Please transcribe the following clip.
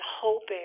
hoping